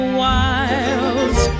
wilds